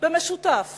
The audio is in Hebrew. במשותף